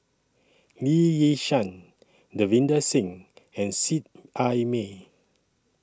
Lee Yi Shyan Davinder Singh and Seet Ai Mee